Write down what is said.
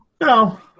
No